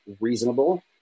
reasonable